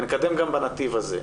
ונקדם גם בנתיב הזה.